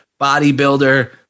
bodybuilder